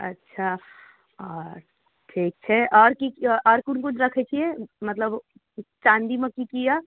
अच्छा ठीक छै आओर कि आओर कोन कोन रखै छिए मतलब चाँदीमे कि कि अइ